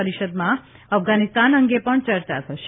પરિષદમાં અફઘાનિસ્તાન અંગે પણ ચર્ચા થશે